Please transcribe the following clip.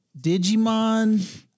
Digimon